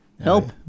help